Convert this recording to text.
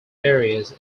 areas